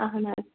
اَہَن حظ